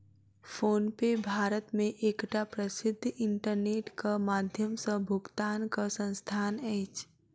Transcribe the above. PhonePe Bharat मे एकटा प्रसिद्ध इंटरनेटक माध्यम सॅ भुगतानक संस्थान अछि